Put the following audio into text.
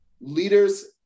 leaders